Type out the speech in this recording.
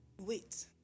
Wait